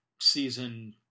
season